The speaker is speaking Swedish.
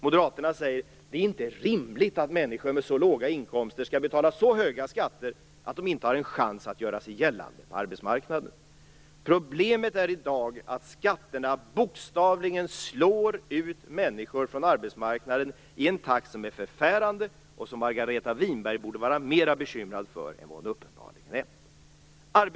Moderaterna anser att det inte är rimligt att människor med så låga inkomster skall betala så höga skatter att de inte har en chans att göra sig gällande på arbetsmarknaden. Problemet är i dag att skatterna slår ut människor från arbetsmarknaden i en takt som är förfärande och som Margareta Winberg borde vara mer bekymrad över än hon uppenbarligen är.